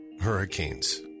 Hurricanes